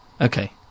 Okay